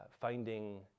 finding